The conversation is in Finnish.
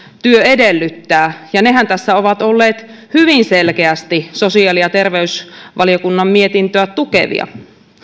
työ edellyttää ja nehän tässä ovat olleet hyvin selkeästi sosiaali ja terveysvaliokunnan mietintöä tukevia